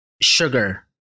sugar